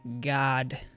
God